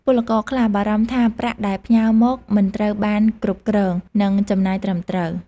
ពលករខ្លះបារម្ភថាប្រាក់ដែលផ្ញើមកមិនត្រូវបានគ្រប់គ្រង និងចំណាយត្រឹមត្រូវ។